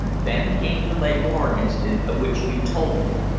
then came the leghorn incident of which you told me.